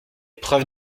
preuves